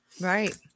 Right